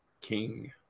king